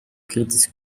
kids